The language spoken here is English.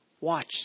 Watch